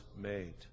made